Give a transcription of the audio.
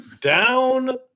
Down